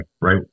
right